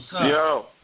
Yo